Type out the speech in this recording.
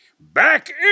Back